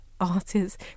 artists